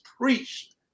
preached